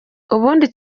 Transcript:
ubundi